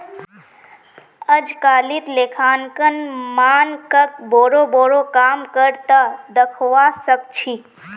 अजकालित लेखांकन मानकक बोरो बोरो काम कर त दखवा सख छि